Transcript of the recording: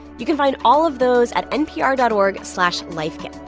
you can find all of those at npr dot org slash lifekit.